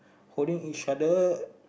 holding each other